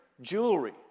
jewelry